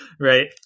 right